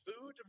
food